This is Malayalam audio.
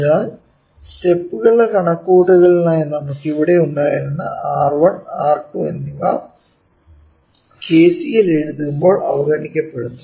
അതിനാൽ സ്റ്റെപ്പുകളുടെ കണക്കുകൂട്ടലിനായി നമുക്ക് ഇവിടെ ഉണ്ടായിരുന്ന R1 R2 എന്നിവ KCL എഴുതുമ്പോൾ അവഗണിക്കപ്പെടുന്നു